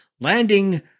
landing